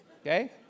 okay